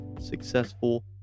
successful